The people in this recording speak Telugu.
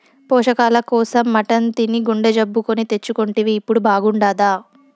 పోషకాల కోసం మటన్ తిని గుండె జబ్బు కొని తెచ్చుకుంటివి ఇప్పుడు బాగుండాదా